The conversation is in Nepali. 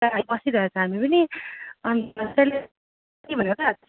बसिरहेको छ हामी पनि अन्त